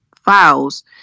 files